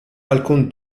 alcun